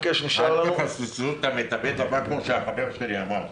הבא, כפי שהחבר שלי אמר.